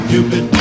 Cupid